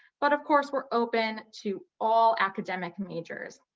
but of course we're open to all academic majors.